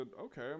Okay